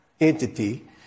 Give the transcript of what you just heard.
entity